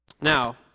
Now